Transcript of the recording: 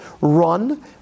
run